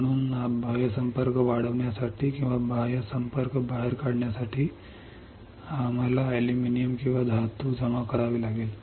म्हणून बाह्य संपर्क वाढवण्यासाठी किंवा बाह्य संपर्क बाहेर काढण्यासाठी आम्हाला अॅल्युमिनियम किंवा धातू जमा करावी लागेल